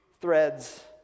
threads